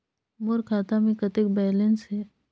मोर खाता मे कतेक बैलेंस हे?